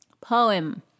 Poem